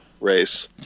race